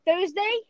Thursday